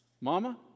Mama